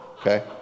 okay